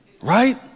right